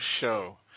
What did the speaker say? show